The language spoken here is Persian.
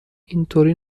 اینطوری